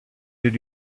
did